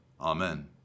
Amen